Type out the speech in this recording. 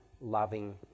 loving